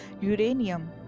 uranium